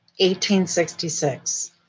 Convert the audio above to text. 1866